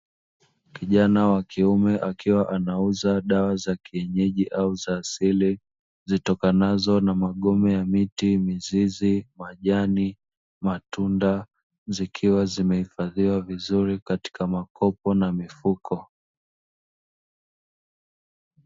Kijana wa kiume akiwa anauza dawa za kienyeji au za asili, zitokanazo na magome ya miti, mizizi, majani, matunda, zikiwa zimehifadhiwa vizuri katika makopo na mifuko.